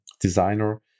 designer